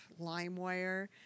LimeWire